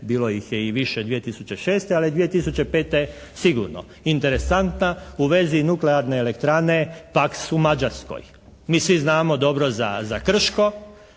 bilo ih je i više 2006., ali 2005. sigurno. Interesantno u vezi nuklearne elektrane "Paks" u Mađarskoj. Mi svi znamo dobro za "Krško"